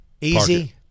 easy